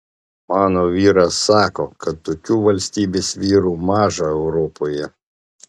mano vyras sako kad tokių valstybės vyrų maža europoje